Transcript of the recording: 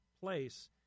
place